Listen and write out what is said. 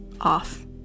off